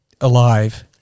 alive